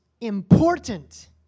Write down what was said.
Important